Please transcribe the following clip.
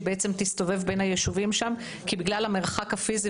היא תסתובב בין הישובים שם כי בגלל המרחק הפיזי